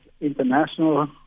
international